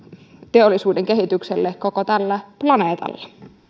teollisuuden kehitykselle koko tällä planeetalla